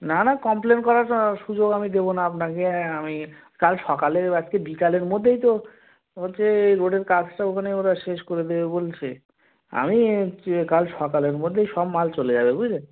না না কমপ্লেন করার সুযোগ আমি দেবো না আপনাকে আমি কাল সকালে আজকে বিকালের মধ্যেই তো হচ্ছে রোডের কাজটা ওখানে ওরা শেষ করে দেবে বলছে আমি হচ্ছে কাল সকালের মধ্যেই সব মাল চলে যাবে বুঝলেন